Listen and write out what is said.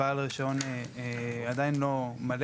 הוא עדיין לא בעל רישיון מלא,